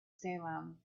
salem